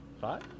Five